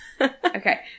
Okay